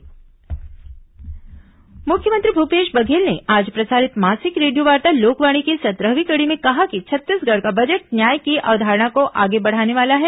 लोकवाणी मुख्यमंत्री भूपेश बघेल ने आज प्रसारित मासिक रेडियोवार्ता लोकवाणी की सत्रहवीं कड़ी में कहा कि छत्तीसगढ़ का बजट न्याय की अवधारणा को आगे बढ़ाने वाला है